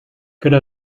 could